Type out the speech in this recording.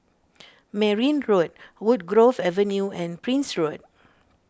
Merryn Road Woodgrove Avenue and Prince Road